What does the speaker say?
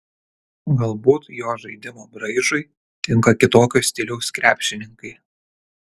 galbūt jo žaidimo braižui tinka kitokio stiliaus krepšininkai